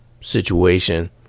situation